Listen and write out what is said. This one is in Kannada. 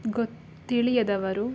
ಗೊ ತಿಳಿಯದವರು